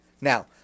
Now